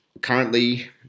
currently